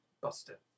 buster